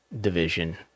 division